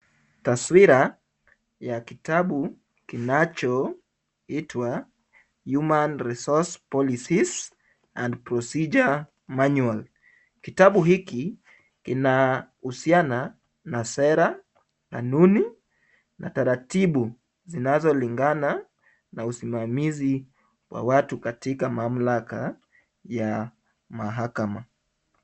Taswira ya kitabu kinachoitwa, Human Resource Policies and Procedure Manual, kitabu hiki kinahusiana na sera, kanuni na taratibu zinazolingana na usimamizi wa watu katika mamlaka ya mahakama.